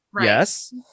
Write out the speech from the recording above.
Yes